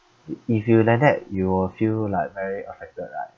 i~ if you like that you will feel like very affected lah